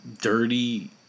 dirty